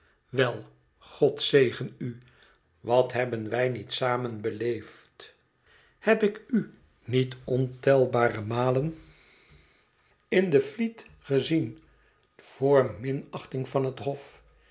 wel god zegen u wat hebben wij niet samen beleefd heb ik u niet ontelbare malen in de fleet gezien voor minachting van het hof